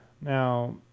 Now